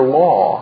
law